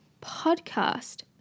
podcast